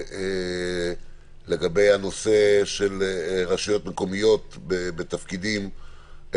לגבי הנושא של רשויות מקומיות בתפקידים,